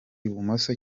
ibumoso